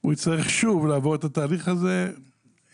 הוא יצטרך שוב לעבור את התהליך הזה כדי